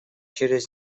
через